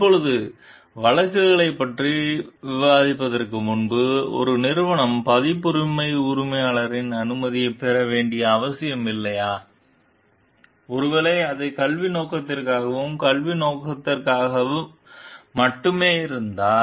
இப்போது வழக்குகளைப் பற்றி விவாதிப்பதற்கு முன்பு ஒரு நிறுவனம் பதிப்புரிமை உரிமையாளரின் அனுமதியைப் பெற வேண்டிய அவசியமில்லையா ஒருவேளை அது கல்வி நோக்கத்திற்காகவும் கல்வி நோக்கத்திற்காகவும் மட்டுமே இருந்தால்